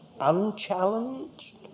unchallenged